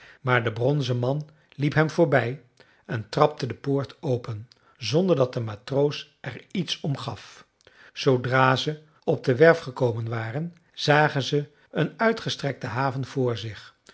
maar de bronzen man liep hem voorbij en trapte de poort open zonder dat de matroos er iets om gaf zoodra ze op de werf gekomen waren zagen zij een uitgestrekte haven voor zich